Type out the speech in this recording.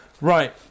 Right